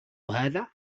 هذا